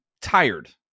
tired